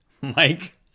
Mike